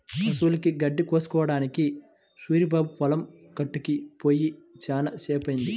పశువులకి గడ్డి కోసుకురావడానికి సూరిబాబు పొలం గట్టుకి పొయ్యి చాలా సేపయ్యింది